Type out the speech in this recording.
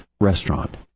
restaurant